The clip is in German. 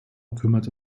kümmerte